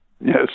Yes